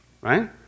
right